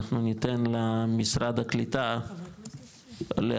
אנחנו ניתן למשרד הקליטה להציג,